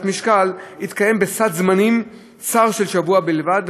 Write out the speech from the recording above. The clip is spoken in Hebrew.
משקל יתקיים בסד זמנים צר של שבוע בלבד,